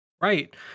Right